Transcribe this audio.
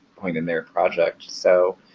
point in their project. so